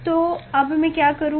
तो अब मैं क्या करूँगा